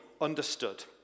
understood